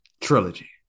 trilogy